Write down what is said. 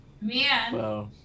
Man